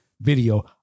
video